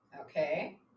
okay